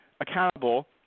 accountable